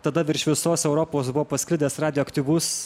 tada virš visos europos buvo pasklidęs radioaktyvus